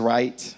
Right